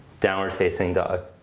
downward facing dog.